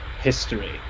history